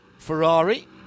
Ferrari